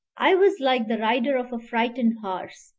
i was like the rider of a frightened horse,